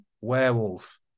werewolf